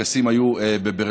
הטקסים היו בברלין.